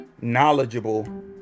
knowledgeable